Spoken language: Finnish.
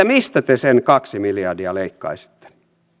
mistä te sen kaksi miljardia leikkaisitte